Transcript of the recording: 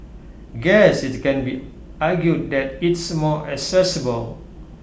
guess IT can be argued that it's more accessible